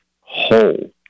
whole